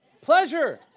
Pleasure